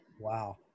Wow